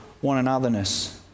one-anotherness